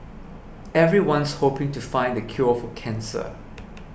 everyone's hoping to find the cure for cancer